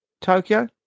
Tokyo